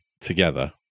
together